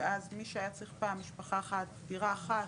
ואז מי שהיה צריך פעם משפחה אחת דירה אחת,